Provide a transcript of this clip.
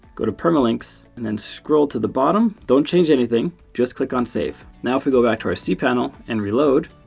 go to permalinks, and then scroll to the bottom. don't change anything. just click on save. now, if we go back to our cpanel and reload,